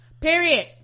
period